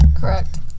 Correct